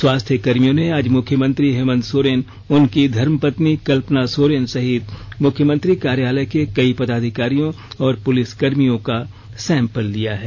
स्वास्थ्य कर्मियों ने आज मुख्यमंत्री हेमन्त सोरेन उनकी धर्मपत्नी कल्पना सोरेन सहित मुख्यमंत्री कार्यालय के कई पदाधिकारियों और पुलिसकर्मियों का सैंपल लिया है